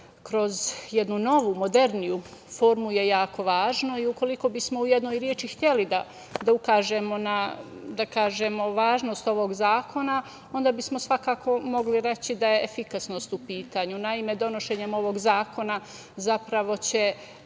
kroz jednu novu, moderniju formu je jako važno i ukoliko bismo u jednoj reči hteli da ukažemo na, da kažemo, važnost ovog zakona, onda bismo svako mogli reći da je efikasnost u pitanju. Naime, donošenjem ovog zakona zapravo će